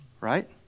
Right